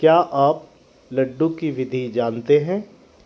क्या आप लड्डू की विधि जानते हैं